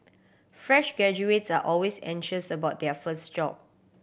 fresh graduates are always anxious about their first job